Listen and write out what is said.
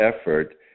effort